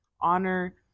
Honor